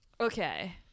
okay